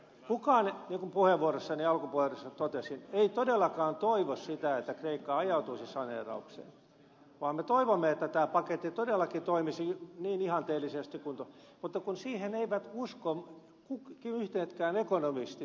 kukaan niin kuin alkupuheenvuorossani totesin ei todellakaan toivo sitä että kreikka ajautuisi saneeraukseen vaan me toivomme että tämä paketti todellakin toimisi niin ihanteellisesti kuin mahdollista mutta kun siihen eivät usko yhdetkään ekonomistit yhdetkään asiantuntijat maailmalla